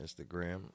Instagram